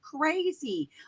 crazy